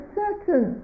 certain